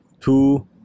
two